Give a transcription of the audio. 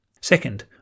Second